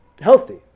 healthy